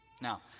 Now